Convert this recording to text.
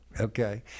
okay